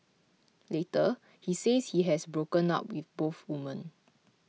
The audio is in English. later he says he has broken up with both women